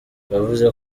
yavuze